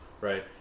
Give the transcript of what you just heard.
Right